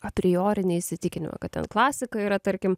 apriorinį įsitikinimą kad ten klasika yra tarkim